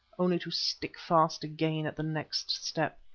only to stick fast again at the next step.